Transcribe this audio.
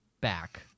back